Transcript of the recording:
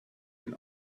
den